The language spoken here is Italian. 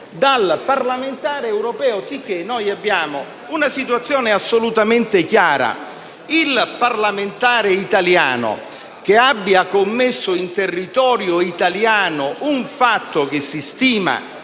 dal parlamentare europeo, sicché noi abbiamo una situazione assolutamente chiara: il parlamentare italiano che abbia commesso in territorio italiano un fatto che si stima